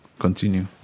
continue